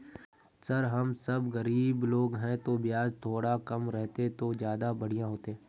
sir हम सब गरीब लोग है तो बियाज थोड़ा कम रहते तो ज्यदा बढ़िया होते